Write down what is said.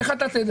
איך אתה תדע?